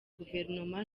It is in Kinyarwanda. guverinoma